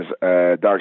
Dark